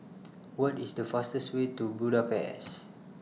What IS The fastest Way to Budapest